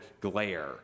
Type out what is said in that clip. glare